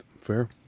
fair